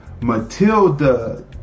Matilda